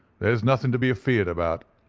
there's nothing to be afeared about,